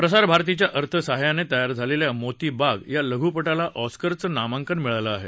प्रसार भारतीच्या अर्थ साहाय्यानं तयार झालेल्या मोती बाग या लघू पटाला ऑस्कर चं नामांकन मिळालं आहे